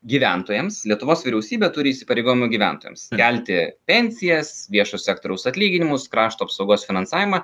gyventojams lietuvos vyriausybė turi įsipareigojimų gyventojams kelti pensijas viešo sektoriaus atlyginimus krašto apsaugos finansavimą